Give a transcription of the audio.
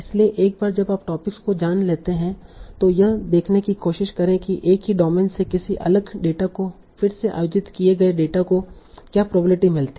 इसलिए एक बार जब आप टॉपिक्स को जान लेते हैं तो यह देखने की कोशिश करें कि एक ही डोमेन से किसी अलग डेटा को फिर से आयोजित किए गए डेटा को क्या प्रोबेबिलिटी मिलती है